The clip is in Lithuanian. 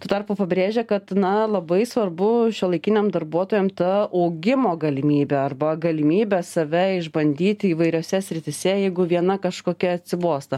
tuo tarpu pabrėžia kad na labai svarbu šiuolaikiniam darbuotojam ta augimo galimybė arba galimybė save išbandyti įvairiose srityse jeigu viena kažkokia atsibosta